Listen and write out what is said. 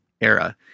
era